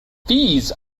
fees